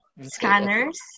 scanners